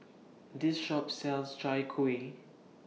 This Shop sells Chai Kuih